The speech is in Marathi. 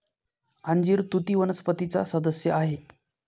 अंजीर तुती वनस्पतीचा सदस्य आहे